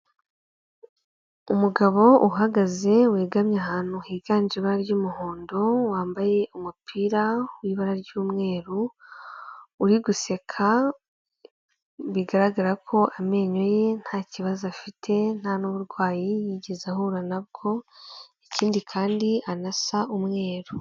Umugabo uhagaze wegamye ahantu higanje ibara ry'umuhondo wambaye umupira w'ibara ry'umweru, uri guseka, bigaragara ko amenyo ye nta kibazo afite nta n'uburwayi yigeze ahura na bwo, ikindi kandi anasa umweru.